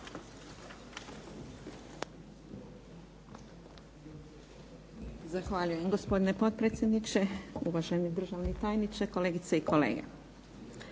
Zahvaljujem. Gospodine potpredsjedniče, uvaženi državni tajniče, kolegice i kolege.